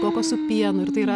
kokosų pienu ir tai yra